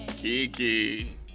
Kiki